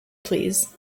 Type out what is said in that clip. please